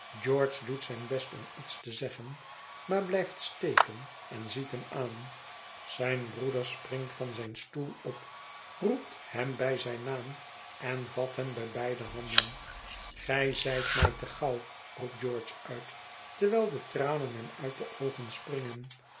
george doet zijn best om iets te zeggen maar blijft steken en ziet hem aan zijn broeder springt van zijn stoel op roept hem bij zijn naam en vat hem bij beide handen gij zijt mij te gauw roept george uit terwijl de tranen hem uit de oogen springen